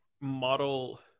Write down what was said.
model